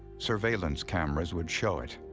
surveillance cameras would show it.